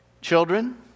Children